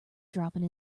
dropping